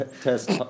test